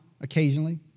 occasionally